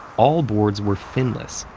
all boards were finless,